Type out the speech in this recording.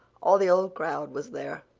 all the old crowd was there,